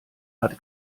hat